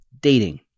Dating